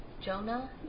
Jonah